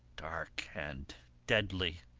dark, and deadly